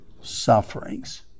sufferings